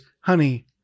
honey